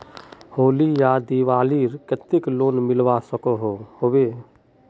होली या दिवालीर केते लोन मिलवा सकोहो होबे?